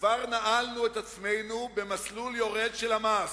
כבר נעלנו את עצמנו במסלול יורד של המס.